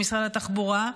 במשרד התחבורה,